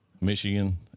michigan